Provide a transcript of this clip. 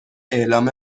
اعلام